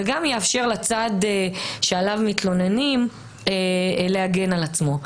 וגם יאפשר לצד שעליו מתלוננים להגן על עצמו.